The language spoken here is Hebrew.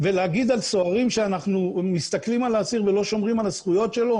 ולהגיד על סוהרים שאנחנו מסתכלים על האסיר ולא שומרים על הזכויות שלו?